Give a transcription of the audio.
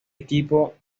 equipo